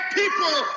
people